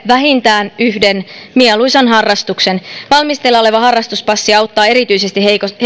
vähintään yhden mieluisan harrastuksen valmisteilla oleva harrastuspassi auttaa erityisesti heikommassa